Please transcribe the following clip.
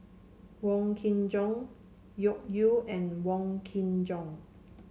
Wong Kin Jong Loke Yew and Wong Kin Jong